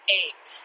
eight